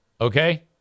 Okay